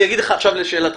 אני אגיד לך עכשיו לשאלתך.